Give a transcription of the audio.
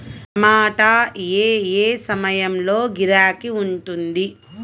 టమాటా ఏ ఏ సమయంలో గిరాకీ ఉంటుంది?